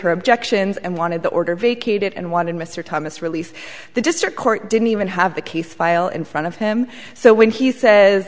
her objections and wanted the order vacated and wanted mr thomas released the district court didn't even have the case file in front of him so when he says